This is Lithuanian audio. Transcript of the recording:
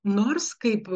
nors kaip